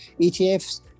etfs